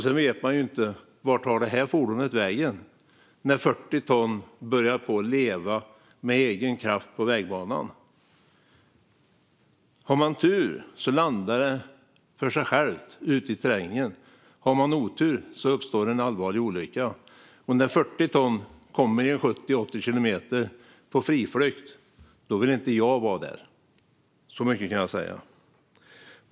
Sedan vet man ju inte vart fordonet tar vägen när 40 ton börjar leva av egen kraft på vägbanan. Har man tur landar det för sig självt ute i terrängen. Har man otur uppstår en allvarlig olycka. När 40 ton kommer i en hastighet av 70-80 kilometer på friflykt vill inte jag vara där, så mycket kan jag säga.